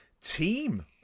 team